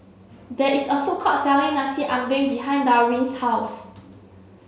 there is a food court selling Nasi Ambeng behind Darwin's house